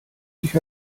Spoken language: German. sich